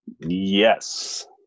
Yes